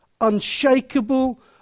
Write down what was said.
unshakable